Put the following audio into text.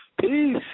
Peace